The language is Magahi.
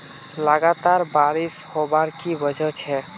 लगातार बारिश होबार की वजह छे?